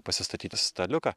pasistatyti staliuką